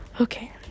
Okay